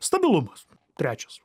stabilumas trečias